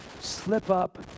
slip-up